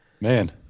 Man